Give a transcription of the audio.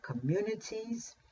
communities